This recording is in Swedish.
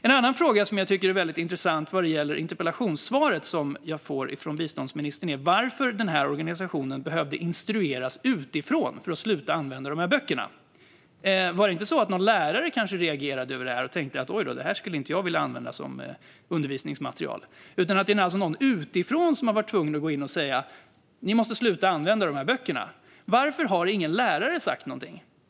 En annan fråga som jag tycker är intressant vad gäller interpellationssvaret som jag får från biståndsministern är varför den här organisationen behövde instrueras utifrån för att sluta använda de här böckerna. Var det ingen lärare som reagerade över det här och tänkte att man inte ville använda detta som undervisningsmaterial? Det är alltså någon utifrån som har varit tvungen att gå in och säga: Ni måste sluta använda de här böckerna! Varför har ingen lärare sagt någonting?